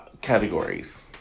categories